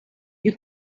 you